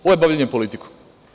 Ovo je bavljenje politikom.